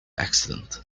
accident